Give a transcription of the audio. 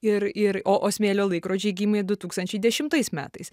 ir ir o o smėlio laikrodžiai gimė du tūkstančiai dešimtais metais